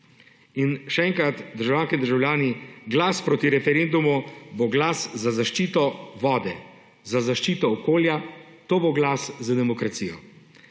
In še enkrat, državljanke in državljani, glas proti na referendumu bo glas za zaščito vode, za zaščito okolja, to bo glas za demokracijo.